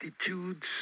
attitudes